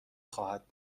خواهد